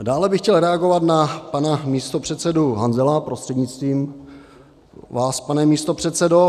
A dále bych chtěl reagovat na pana místopředsedu Hanzela prostřednictvím vás, pane místopředsedo.